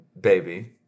Baby